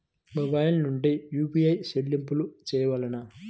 Mobile నుండే UPI చెల్లింపులు చేయవలెనా?